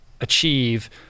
achieve